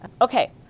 Okay